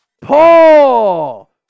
paul